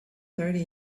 thirty